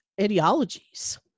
ideologies